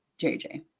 JJ